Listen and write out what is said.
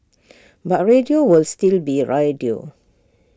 but radio will still be radio